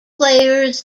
players